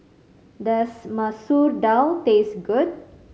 does Masoor Dal taste good